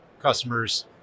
customers